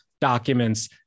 documents